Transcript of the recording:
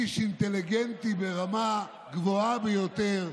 איש אינטליגנטי ברמה גבוהה ביותר,